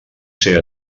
ser